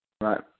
Right